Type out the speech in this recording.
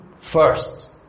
First